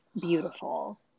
beautiful